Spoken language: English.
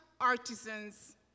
artisans